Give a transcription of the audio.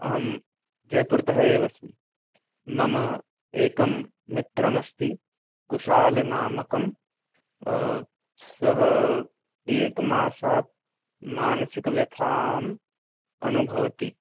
अहं जैपुरतः एव अस्मि मम एकं मित्रमस्ति कुशालनामकं सः एक मासात् मानसिकव्यथां अनुभवति